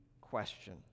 question